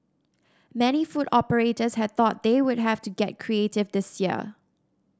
many food operators had thought they would have to get creative this year